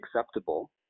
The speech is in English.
acceptable